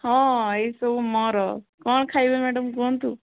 ହଁ ଏଇ ସବୁ ମୋର କ'ଣ ଖାଇବେ ମ୍ୟାଡମ୍ କୁହନ୍ତୁ